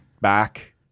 Back